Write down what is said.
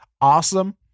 Awesome